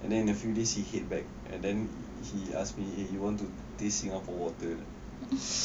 and then in the few days he head back and then he ask me eh you want to taste singapore water or not